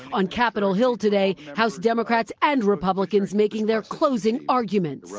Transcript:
on capitol hill today, house democrats and republicans making their closing arguments.